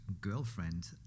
girlfriend